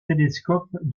télescope